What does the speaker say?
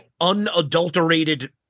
unadulterated